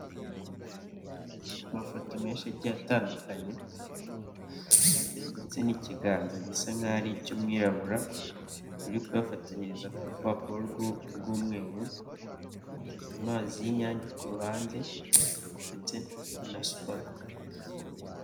Amafoto menshi agiye atandukanye ndetse n'ikiganza gisa nkaho ari icy'umwirabura uri kuyafatanyiriza ku rupapuro rw'umweru, amazi y'inyange ku ruhande ndetse na supaguru.